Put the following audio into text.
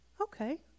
Okay